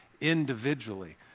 individually